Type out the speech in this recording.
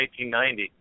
1990